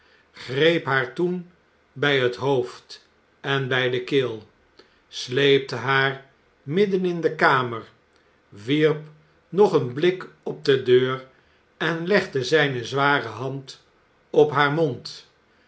greep haar toen bij het hoofd en bij de keel sleepte haar midden in de kamer wierp nog een blik op de deur en legde zijne zware hand op haar mond